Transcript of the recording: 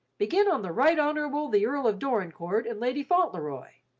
begin on the right honourable the earl of dorincourt and lady fauntleroy.